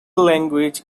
language